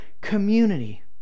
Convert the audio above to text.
community